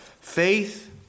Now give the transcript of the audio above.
Faith